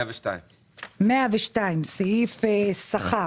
סעיף 102, סעיף שכר,